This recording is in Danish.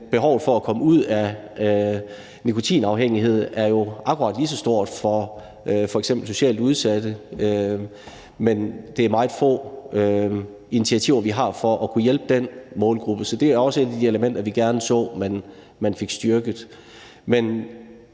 behovet for at komme ud af nikotinafhængighed er jo akkurat lige så stort for f.eks. socialt udsatte, men det er meget få initiativer, vi har til at kunne hjælpe den målgruppe. Så det er også et af de elementer, vi gerne så man fik styrket.